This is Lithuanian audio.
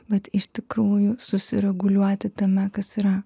bet iš tikrųjų susireguliuoti tame kas yra